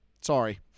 sorry